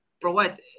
provide